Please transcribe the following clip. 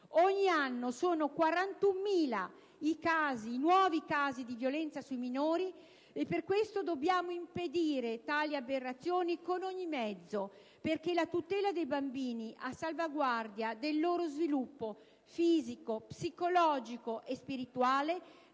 Ogni anno sono 41.000 i nuovi casi di violenza sui minori. Per questo dobbiamo impedire tali aberrazioni con ogni mezzo, perché la tutela dei bambini, a salvaguardia del loro sviluppo fisico, psicologico e spirituale,